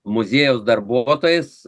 muziejaus darbuotojais